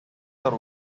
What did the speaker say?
are